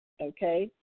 okay